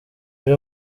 uje